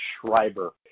Schreiber